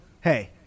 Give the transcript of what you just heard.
Hey